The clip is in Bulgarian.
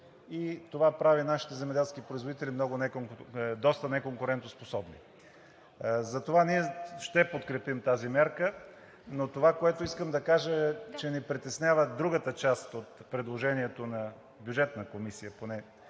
това прави нашите земеделски производители доста неконкурентоспособни. Затова ние ще подкрепим тази мярка. Но това, което искам да кажа, е, че ни притеснява другата част от предложението на Бюджетна комисия, както